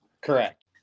Correct